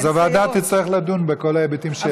אז הוועדה תצטרך לדון בכל ההיבטים שהעלית פה.